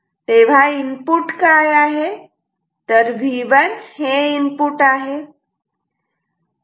तेव्हा इनपुट काय आहे तर V1 हे इनपुट आहे